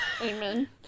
Amen